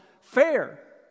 fair